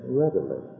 readily